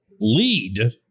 lead